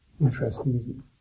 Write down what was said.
interesting